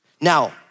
Now